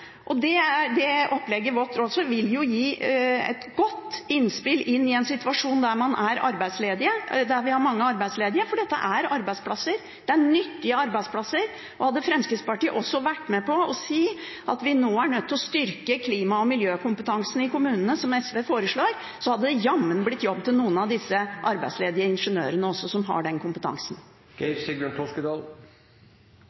Opplegget vårt vil jo gi et godt innspill inn i en situasjon der vi har mange arbeidsledige, for dette er arbeidsplasser – nyttige arbeidsplasser. Hadde Fremskrittspartiet også vært med på å si at vi nå er nødt til å styrke klima- og miljøkompetansen i kommunene, som SV foreslår, hadde det jammen blitt jobb til også noen av de arbeidsledige ingeniørene som har den kompetansen.